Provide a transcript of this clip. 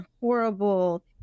horrible